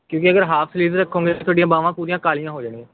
ਕਿਉਂਕਿ ਅਗਰ half sleeves ਰਖੋਗੇ ਤਾਂ ਤੁਹਾਡੀਆਂ ਬਾਹਵਾਂ ਪੂਰੀਆਂ ਕਾਲੀਆਂ ਹੋ ਜਾਣੀਆਂ